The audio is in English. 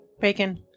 Bacon